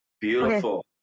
Beautiful